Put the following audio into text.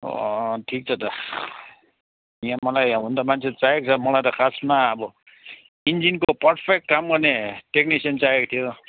ठिक छ त यहाँ मलाई हुन त मान्छे चाहिएको छ मलाई त खासमा अब इन्जिनको पर्फेक्ट काम गर्ने टेक्निसियेन चाइहिएको थियो